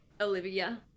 Olivia